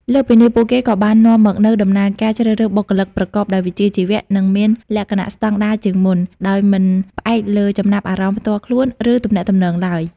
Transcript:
លើសពីនេះ ពួកគេក៏បាននាំមកនូវដំណើរការជ្រើសរើសបុគ្គលិកប្រកបដោយវិជ្ជាជីវៈ និងមានលក្ខណៈស្តង់ដារជាងមុន ដោយមិនផ្អែកលើចំណាប់អារម្មណ៍ផ្ទាល់ខ្លួន ឬទំនាក់ទំនងឡើយ។